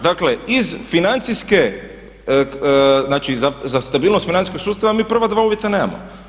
Dakle iz financijske, znači za stabilnost financijskog sustava mi prva dva uvjeta nemamo.